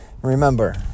remember